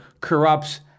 corrupts